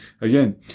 Again